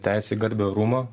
teisė į garbę orumą